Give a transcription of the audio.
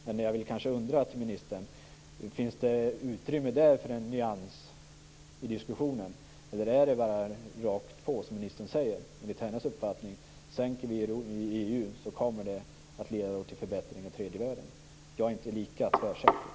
Men jag vill framföra en undran till ministern: Finns det utrymme där för en nyans i diskussionen? Eller är det bara rakt på som ministerns säger - sänker vi i EU så kommer det att leda till förbättringar i tredje världen? Jag är inte lika tvärsäker.